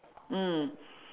mm